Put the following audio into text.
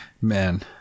man